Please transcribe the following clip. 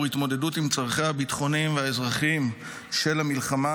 התמודדות עם צרכיה הביטחוניים והאזרחים של המלחמה,